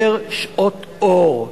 יותר שעות אור,